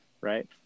Right